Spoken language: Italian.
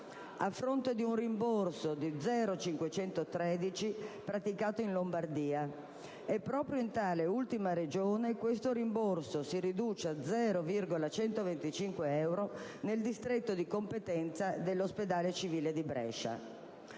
a fronte di un rimborso di 0,513 euro praticato in Lombardia (in tale ultima Regione, tale rimborso si riduce a 0,125 euro nel distretto di competenza dell'ospedale civile di Brescia).